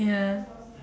ya